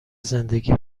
زندگی